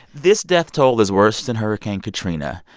this death toll is worse than hurricane katrina,